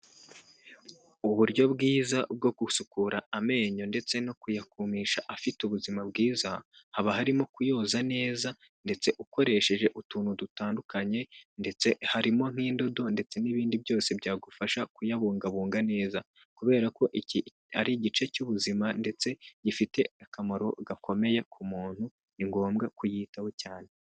Uburyo bwiza bwo gusukura amenyo ndetse no kuyagumisha afite ubuzima bwiza, haba harimo kuyoza neza ndetse ukoresheje utuntu dutandukanye, ndetse harimo nk'indodo ndetse n'ibindi byose byagufasha kuyabungabunga neza. Kubera ko iki ari igice cy'ubuzima ndetse gifite akamaro gakomeye ku muntu, ni ngombwa kuyitaho cyane.